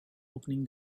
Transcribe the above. opening